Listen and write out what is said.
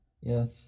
yes